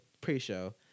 pre-show